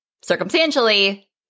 circumstantially